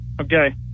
okay